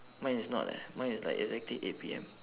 mine is not leh mine is like exactly eight P_M